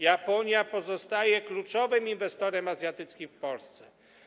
Japonia pozostaje kluczowym inwestorem azjatyckim w Polsce.